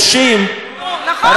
הרי מה המשמעות?